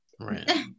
Right